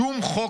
שום חוק,